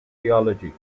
theology